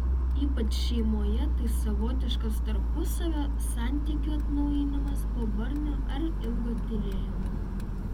ypač šeimoje tai savotiškas tarpusavio santykių atnaujinimas po barnio ar ilgo tylėjimo